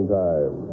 time